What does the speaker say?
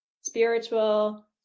spiritual